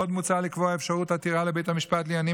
עוד מוצע לקבוע אפשרות עתירה לבית משפט לעניינים